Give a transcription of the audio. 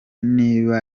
niba